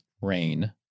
rain